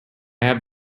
have